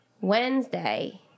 Wednesday